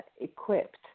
equipped